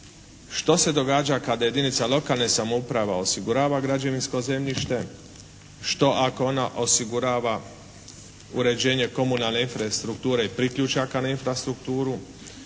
što se događa kada jedinica lokalne samouprave osigurava građevinsko zemljište, što ako ona osigurava uređenje komunalne infrastrukture i priključaka na infrastrukturu,